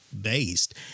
based